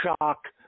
shock